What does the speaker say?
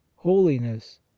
holiness